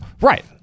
Right